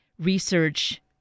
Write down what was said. Research